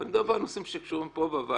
אני מדבר על נושאים שקשורים לפה בוועדה.